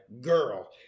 girl